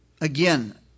Again